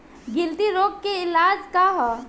गिल्टी रोग के इलाज का ह?